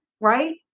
right